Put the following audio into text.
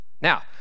Now